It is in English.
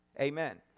Amen